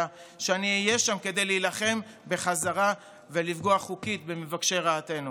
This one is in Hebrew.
שאני אהיה שם כדי להילחם בחזרה ולפגוע חוקית במבקשי רעתנו.